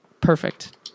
perfect